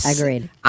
Agreed